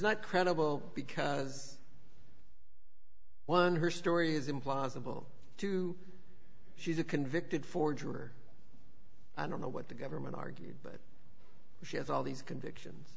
not credible because well her story is implausible to she's a convicted forger i don't know what the government argued but she has all these convictions